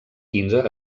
quinze